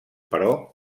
però